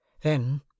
Then